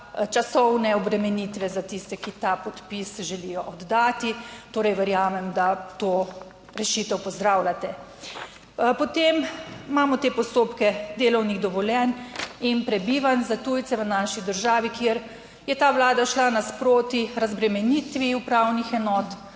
časovne obremenitve za tiste, ki ta podpis želijo oddati, torej, verjamem, da to rešitev pozdravljate. Potem imamo te postopke delovnih dovoljenj in prebivanj za tujce v naši državi, kjer je ta Vlada šla nasproti razbremenitvi upravnih enot,